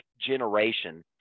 generation